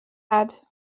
had